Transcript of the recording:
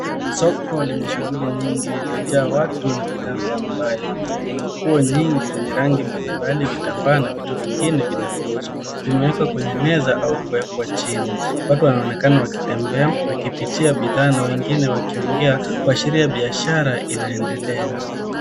Soko lenye shughuli nyingi lililojaa watu na bidhaa mbali mbali. Kuna nguo nyingi zenye rangi mbalimbali vitambaa na vitu vingine vinavyouzwa. Vimewekwa kwenye meza au kuwekwa chini. Watu wanaonekana wakitembea wakipitia bidhaa na wengine wakiongea kwashiria biashara inaendelea.